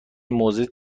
موزه